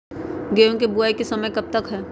गेंहू की बुवाई का समय कब तक है?